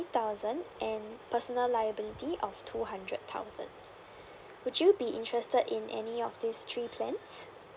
thousand and personal liability of two hundred thousand would you be interested in any of this three plans